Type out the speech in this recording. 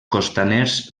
costaners